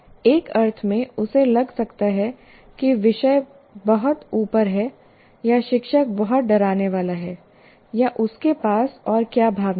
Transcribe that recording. एक अर्थ में उसे लग सकता है कि विषय बहुत ऊपर है या शिक्षक बहुत डराने वाला है या उसके पास और क्या भावनाएँ हैं